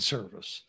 Service